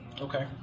okay